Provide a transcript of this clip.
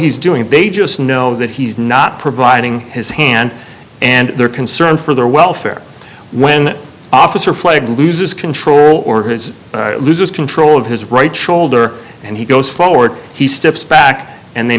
he's doing they just know that he's not providing his hand and they're concerned for their welfare when officer flag loses control or his loses control of his right shoulder and he goes forward he steps back and they